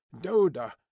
Doda